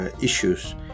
Issues